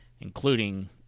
including